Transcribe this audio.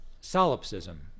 Solipsism